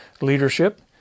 leadership